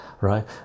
right